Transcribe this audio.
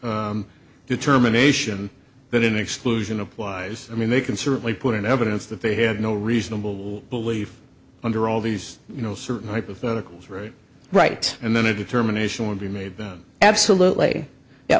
determination that exclusion applies i mean they can certainly put in evidence that they have no reasonable belief under all these you know certain hypotheticals right right and then a determination would be made absolutely